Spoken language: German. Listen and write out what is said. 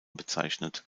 bezeichnet